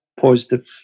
positive